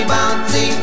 Bouncy